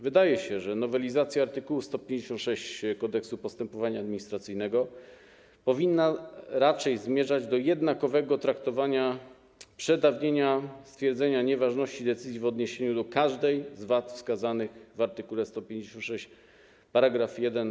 Wydaje się, że nowelizacja art. 156 Kodeksu postępowania administracyjnego powinna raczej zmierzać do jednakowego traktowania przedawnienia stwierdzenia nieważności decyzji w odniesieniu do każdej z wad wskazanych w art. 156 § 1